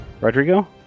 Rodrigo